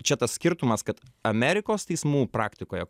čia tas skirtumas kad amerikos teismų praktikoje